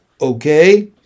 Okay